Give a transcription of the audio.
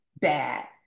bad